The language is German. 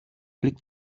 blick